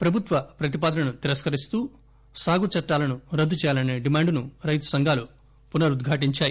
ప్రభుత్వ ప్రతిపాదనను తిరస్కరిస్తూ సాగు చట్టాలను రద్దు చేయాలసే డిమాండును రైతు సంఘాలు పునరుద్ఘాటించాయి